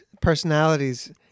personalities